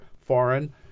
Foreign